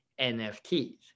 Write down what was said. NFTs